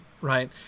right